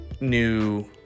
new